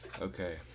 okay